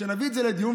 שנביא את זה לדיון,